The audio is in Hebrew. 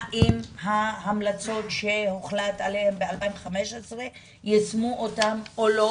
האם ההמלצות שהוחלט עליהן ב-2015 יושמו או לא,